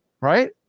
Right